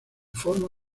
forma